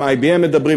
גם עם IBM מדברים,